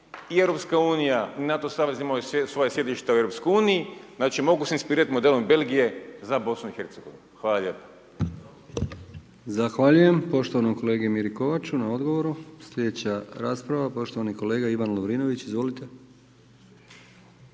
I EU i NATO savez imaju svoja sjedišta u EU-u, znači mogu se inspirirati modelom Belgije za BiH. Hvala lijepo. **Brkić, Milijan (HDZ)** Zahvaljujem poštovanom kolegi Miri Kovaču na odgovoru. Slijedeća rasprava, poštovani kolega Ivan Lovrinović, izvolite.